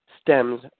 stems